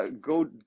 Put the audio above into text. go